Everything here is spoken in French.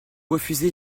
refusez